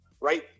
right